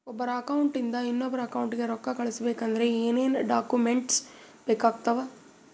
ಒಬ್ಬರ ಅಕೌಂಟ್ ಇಂದ ಇನ್ನೊಬ್ಬರ ಅಕೌಂಟಿಗೆ ರೊಕ್ಕ ಕಳಿಸಬೇಕಾದ್ರೆ ಏನೇನ್ ಡಾಕ್ಯೂಮೆಂಟ್ಸ್ ಬೇಕಾಗುತ್ತಾವ?